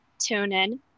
TuneIn